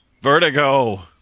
Vertigo